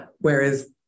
Whereas